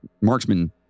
marksman